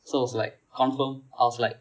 so was like confirm I was like